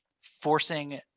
forcing